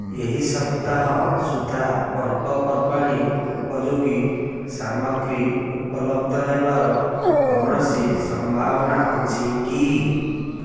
ଏହି ସପ୍ତାହ ସୁଦ୍ଧା ପର୍ବପର୍ବାଣୀ ଉପଯୋଗୀ ସାମଗ୍ରୀ ଉପଲବ୍ଧ ହେବାର କୌଣସି ସମ୍ଭାବନା ଅଛି କି